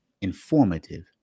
informative